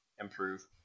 improve